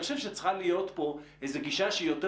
אני חושב שצריכה להיות איזושהי גישה היא יותר